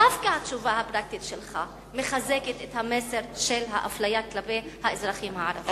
דווקא התשובה הפרקטית שלך מחזקת את המסר של האפליה כלפי האזרחים הערבים.